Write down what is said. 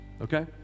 Okay